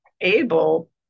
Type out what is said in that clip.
able